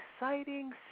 exciting